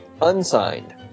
Unsigned